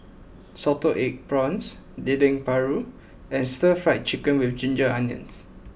Salted Egg Prawns Dendeng Paru and Stir Fry Chicken with Ginger Onions